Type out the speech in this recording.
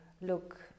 look